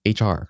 HR